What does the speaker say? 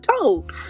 told